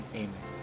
amen